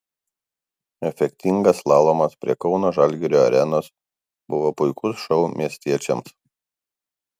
efektingas slalomas prie kauno žalgirio arenos buvo puikus šou miestiečiams